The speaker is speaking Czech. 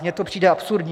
Mně to přijde absurdní.